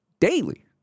Daily